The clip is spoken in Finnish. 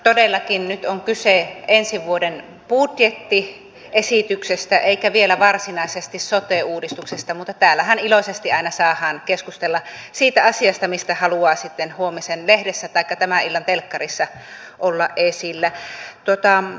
todellakin nyt on kyse ensi vuoden budjettiesityksestä eikä vielä varsinaisesti sote uudistuksesta mutta täällähän iloisesti aina saa keskustella siitä asiasta mistä haluaa sitten huomisen lehdessä taikka tämän illan telkkarissa olla esillä